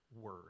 word